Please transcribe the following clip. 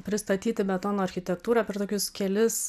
pristatyti betono architektūrą per tokius kelis